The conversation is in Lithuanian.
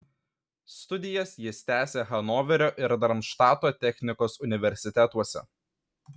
studijas jis tęsė hanoverio ir darmštato technikos universitetuose